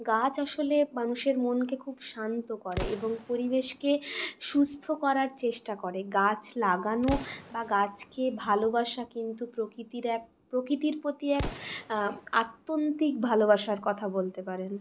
গাছ আসলে মানুষের মনকে খুব শান্ত করে এবং পরিবেশকে সুস্থ করার চেষ্টা করে গাছ লাগানো বা গাছকে ভালোবাসা কিন্তু প্রকৃতির এক প্রকৃতির প্রতি এক আত্যন্তিক ভালোবাসার কথা বলতে পারেন